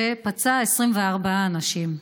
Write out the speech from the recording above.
שפצע 24 אנשים.